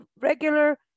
regular